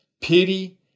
pity